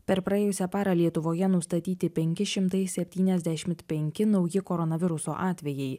per praėjusią parą lietuvoje nustatyti penki šimtai septyniasdešimt penki nauji koronaviruso atvejai